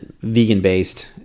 vegan-based